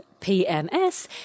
PMS